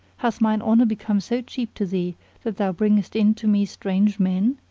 hath mine honour become so cheap to thee that thou bringest in to me strange men?